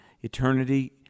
Eternity